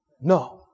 No